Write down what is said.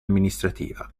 amministrativa